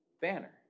banner